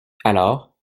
alors